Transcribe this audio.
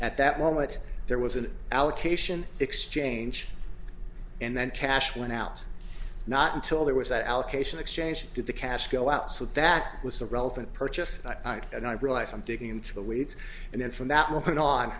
at that moment there was an allocation exchange and then cash went out not until there was that allocation exchange to the casco out so that was the relevant purchase and i realize i'm digging into the weeds and then from that moment on